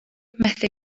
methu